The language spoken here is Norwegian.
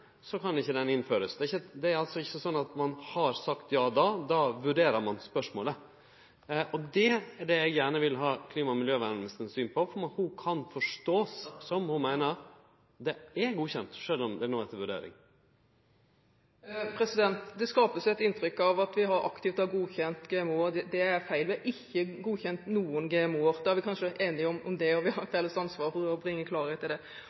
så kan han ikkje innførast. Det er altså ikkje slik at då har ein sagt ja – då vurderer ein spørsmålet. Det er dette eg gjerne vil ha klima- og miljøministerens syn på, om ho kan forstå, om ho meiner at dei er godkjende, sjølv om dei no er til vurdering. Det skapes et inntrykk av at vi aktivt har godkjent GMO-er. Det er feil, vi har ikke godkjent noen GMO-er. Da er vi kanskje enige om det, og vi har et felles ansvar for å bringe klarhet i det.